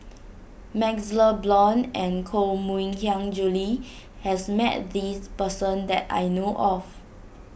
MaxLe Blond and Koh Mui Hiang Julie has met this person that I know of